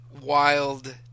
wild